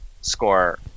score